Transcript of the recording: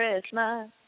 Christmas